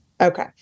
okay